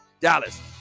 Dallas